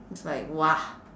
it's like !wah!